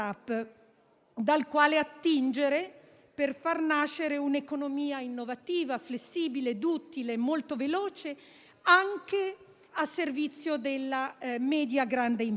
occorre attingere per far nascere un'economia innovativa, flessibile, duttile e molto veloce, anche a servizio della media e grande impresa.